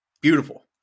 beautiful